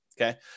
Okay